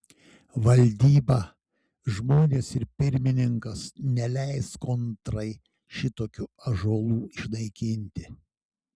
valdyba žmonės ir pirmininkas neleis kontrai šitokių ąžuolų išnaikinti